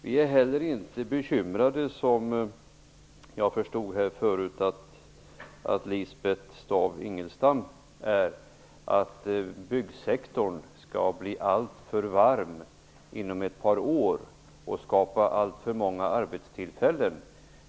Vi är heller inte bekymrade, som jag tidigare förstod att Lisbeth Staaf-Igelström var, över att byggsektorn skall bli alltför varm inom ett par år och att det skall skapas alltför många arbetstillfällen.